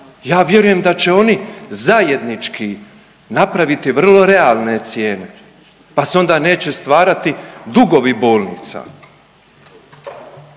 ja vjerujem da će oni zajednički napraviti vrlo realne cijene pa se onda neće stvarati dugovi bolnica.